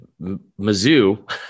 Mizzou